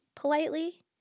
politely